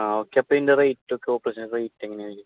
ആ ഓക്കെ അപ്പോൾ ഇതിൻ്റെ റേറ്റ് ഒക്കെ ഓപ്പറേഷൻ റേറ്റ് എങ്ങനെയായിരിക്കും